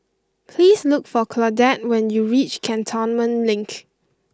please look for Claudette when you reach Cantonment Link